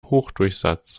hochdurchsatz